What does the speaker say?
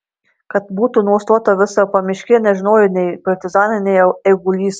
kad buvo nustota visa pamiškė nežinojo nei partizanas nei eigulys